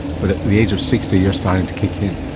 but at the age of sixty you're starting to kick in?